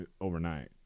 overnight